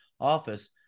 office